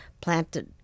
planted